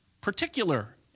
particular